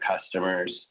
customers